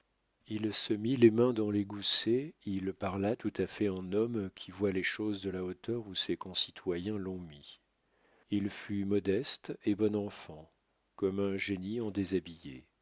il se mit les mains dans les goussets il parla tout à fait en homme qui voit les choses de la hauteur où ses concitoyens l'ont mis il fut modeste et bon enfant comme un génie en déshabillé